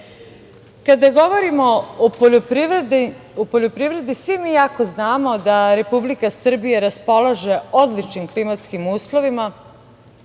govorimo o poljoprivredi, svi mi jako dobro znamo da Republika Srbija raspolaže odličnim klimatskim uslovima,